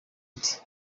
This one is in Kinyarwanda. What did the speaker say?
indi